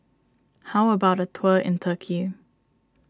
how about a tour in Turkey